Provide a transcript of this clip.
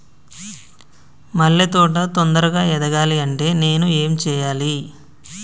మల్లె తోట తొందరగా ఎదగాలి అంటే నేను ఏం చేయాలి?